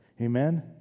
Amen